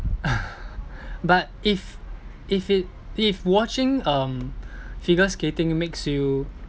but if if it if watching um figure skating makes you